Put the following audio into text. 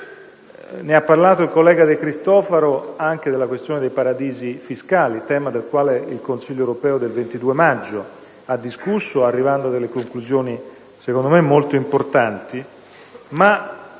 Ancora, il collega De Cristofaro ha parlato della questione dei paradisi fiscali, tema del quale il Consiglio europeo del 22 maggio ha discusso, arrivando a conclusioni secondo me molto importanti.